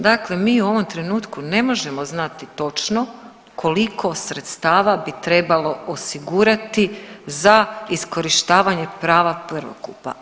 Dakle, mi u ovom trenutku ne možemo znati točno koliko sredstava bi trebalo osigurati za iskorištavanje prava prvokupa.